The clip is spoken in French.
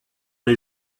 les